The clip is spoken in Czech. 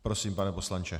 Prosím, pane poslanče.